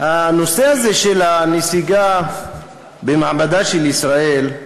הנושא הזה, של הנסיגה במעמדה של ישראל,